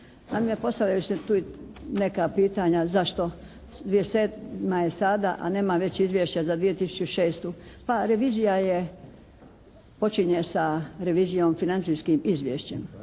Naime postavljaju se tu i neka pitanja zašto 2007. je sada, a nema već izvješća za 2006. Pa revizija je, počinje sa revizijom, financijskim izvješćem.